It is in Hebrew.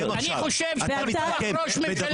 אני חושב שרצח ראש ממשלה זה יותר מסוכן.